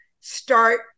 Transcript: start